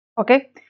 okay